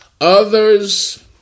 Others